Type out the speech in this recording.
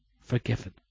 forgiven